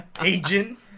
Agent